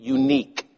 unique